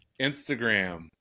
Instagram